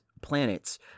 planets